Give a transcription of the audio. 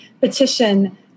petition